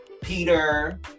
Peter